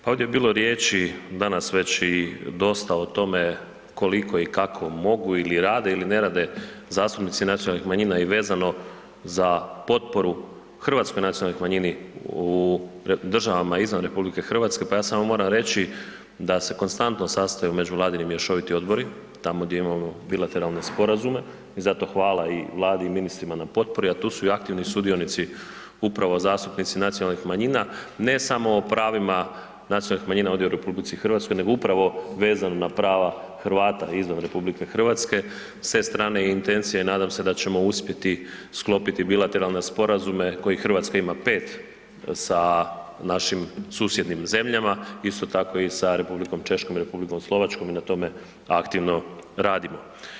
Pa ovdje je bilo riječi danas već i dosta o tome koliko i kako mogu ili rade ili ne rade zastupnici nacionalnih manjina i vezano za potporu hrvatskoj nacionalnoj manjini u državama izvan RH, pa ja sam moram reći da se konstantno sastaju međuvladini mješoviti odbori tamo gdje imamo bilateralne sporazume i zato hvala i Vladi i ministrima na potpori a tu su i aktivni sudionici, upravo zastupnici nacionalnih manjina, ne samo o pravima nacionalnih manjina ovdje u RH nego upravo vezano na prava Hrvata izvan RH, s te strane i intencija i nadam se da ćemo uspjeti sklopiti bilateralne sporazume koje Hrvatska 5 sa našim susjednim zemljama, isto tako i sa Republikom Češko i Republikom Slovačkom i na tome aktivno radimo.